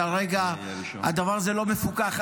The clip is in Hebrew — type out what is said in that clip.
כרגע הדבר הזה לא מפוקח.